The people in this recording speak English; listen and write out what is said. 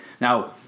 Now